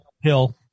hill